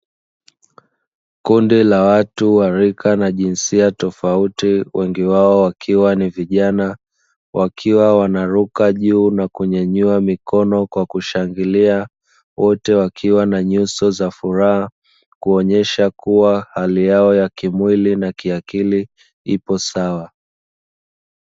Kundi la watu wa rika na jinsia tofauti wengi wao wakiwa ni vijana, wakiwa wanaruka juu na kunyanyua mikono kwa kushangilia, wote wakiwa na nyuso za furaha, kuonyesha kuwa hali yao ya kimwili na kiakili ipo sawa.